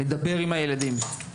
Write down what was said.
לדבר עם הילדים,